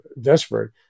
desperate